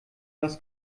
was